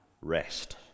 rest